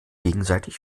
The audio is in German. gegenseitig